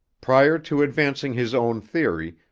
prior to advancing his own theory,